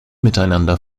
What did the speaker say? miteinander